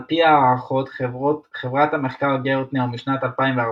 על פי הערכות חברת המחקר "גרטנר" משנת 2014,